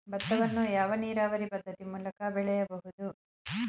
ಭತ್ತವನ್ನು ಯಾವ ನೀರಾವರಿ ಪದ್ಧತಿ ಮೂಲಕ ಬೆಳೆಯಬಹುದು?